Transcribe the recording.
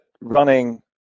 running